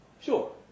Sure